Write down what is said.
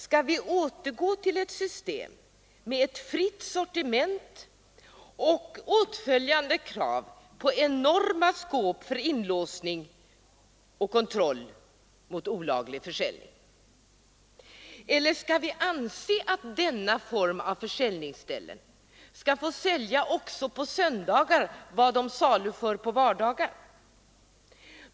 Skall vi återgå till ett system med ett fritt sortiment och åtföljande krav på enorma skåp för inlåsning och kontroll mot olaglig försäljning? Eller skall vi anse att denna form av försäljningsställen skall få utbjuda också på söndagar vad de saluför på vardagar?